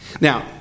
Now